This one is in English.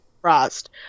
Frost